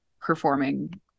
performing